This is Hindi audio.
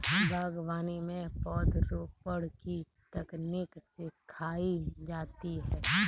बागवानी में पौधरोपण की तकनीक सिखाई जाती है